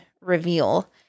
reveal